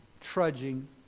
trudging